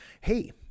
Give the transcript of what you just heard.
Hey